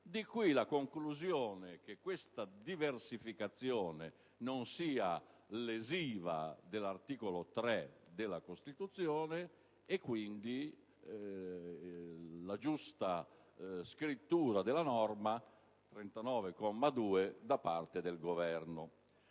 Di qui la conclusione che questa diversificazione non sia lesiva dell'articolo 3 della Costituzione e che la scrittura da parte del Governo